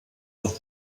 auch